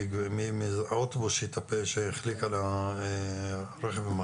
אוטובוס שהחליק על רכב?